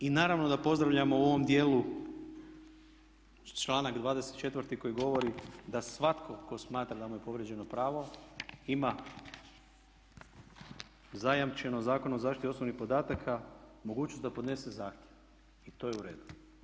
I naravno da pozdravljamo u ovom dijelu članak 24. koji govori da svatko tko smatra da mu je povrijeđeno pravo ima zajamčeno Zakonom o zaštiti osobnih podataka mogućnost da podnese zahtjev i to je u redu.